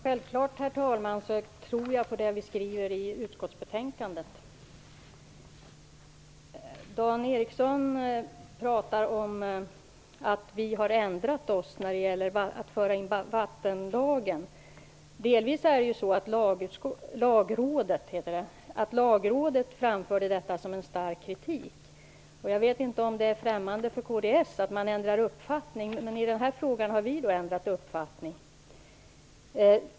Herr talman! Självfallet tror jag på det som vi skriver i utskottsbetänkandet. Dan Ericsson talar om att vi har ändrat oss när det gäller att föra in vattenlagen. Delvis är det så att Lagrådet framförde detta som en stark kritik. Jag vet inte om det är främmande för kds att man ändrar uppfattning. I den här frågan har vi ändrat uppfattning.